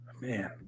man